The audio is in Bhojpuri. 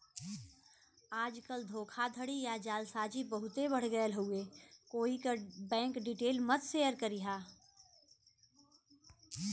आजकल धोखाधड़ी या जालसाजी बहुते बढ़ गयल हउवे कोई क बैंक डिटेल मत शेयर करिहा